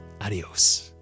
Adios